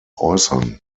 äußern